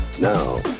Now